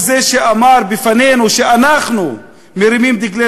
הוא זה שאמר בפנינו שאנחנו מרימים דגלי